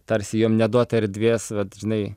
tarsi jom neduota erdvės vat žinai